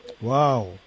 Wow